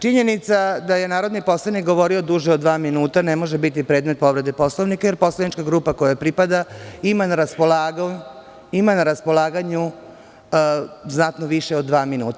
Činjenica da je narodni poslanik govorio duže od dva minuta, ne može biti predmet povrede Poslovnika, jer poslanička grupa kojoj pripada ima na raspolaganju znatno više od dva minuta.